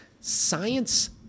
science